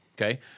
okay